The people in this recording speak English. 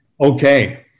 Okay